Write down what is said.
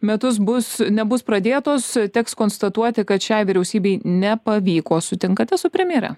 metus bus nebus pradėtos teks konstatuoti kad šiai vyriausybei nepavyko sutinkate su premjere